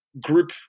group